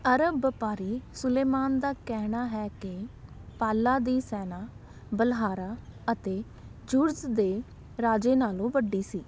ਅਰਬ ਵਪਾਰੀ ਸੁਲੇਮਾਨ ਦਾ ਕਹਿਣਾ ਹੈ ਕਿ ਪਾਲਾ ਦੀ ਸੈਨਾ ਬਲਹਾਰਾ ਅਤੇ ਜੁਰਜ਼ ਦੇ ਰਾਜੇ ਨਾਲੋਂ ਵੱਡੀ ਸੀ